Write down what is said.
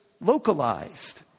localized